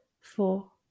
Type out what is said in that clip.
four